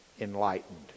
enlightened